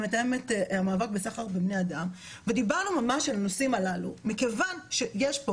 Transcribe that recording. מתאמת המאבק בסחר בבני אדם ודיברנו ממש על הנושאים הללו מכיוון שיש פה